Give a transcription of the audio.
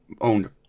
owned